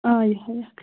آ یِہَے اَکھ